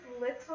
little